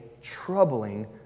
troubling